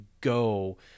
go